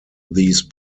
these